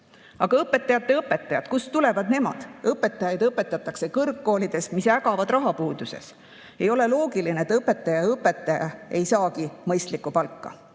õpetajate õpetajad, kust tulevad nemad? Õpetajaid õpetatakse kõrgkoolides, mis ägavad rahapuuduses. Ei ole loogiline, et õpetaja õpetaja ei saagi mõistlikku palka.